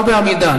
לא בעמידה,